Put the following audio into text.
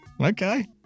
Okay